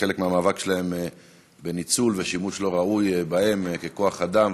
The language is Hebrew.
כחלק מהמאבק שלהם בניצול ושימוש לא ראוי בהם ככוח-אדם.